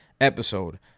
episode